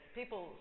people